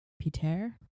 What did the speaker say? Peter